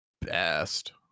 best